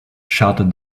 shouted